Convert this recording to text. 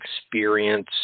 experience